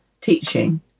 teaching